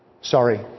Sorry